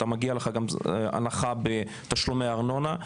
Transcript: מגיעה לך הנחה גם בתשלומי הארנונה.